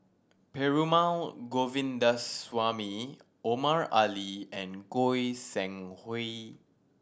Perumal Govindaswamy Omar Ali and Goi Seng Hui